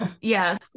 yes